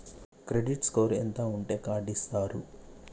Credit score ఎంత ఉంటే card ఇస్తారు?